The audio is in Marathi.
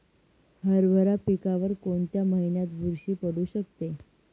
हरभरा पिकावर कोणत्या महिन्यात बुरशी पडू शकते?